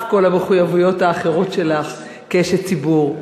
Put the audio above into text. כל המחויבויות האחרות שלך כאשת ציבור,